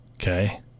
okay